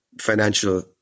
financial